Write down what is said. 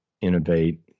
innovate